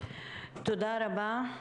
תודה רבה.